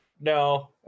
No